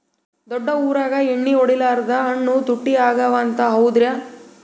ದೊಡ್ಡ ಊರಾಗ ಎಣ್ಣಿ ಹೊಡಿಲಾರ್ದ ಹಣ್ಣು ತುಟ್ಟಿ ಅಗವ ಅಂತ, ಹೌದ್ರ್ಯಾ?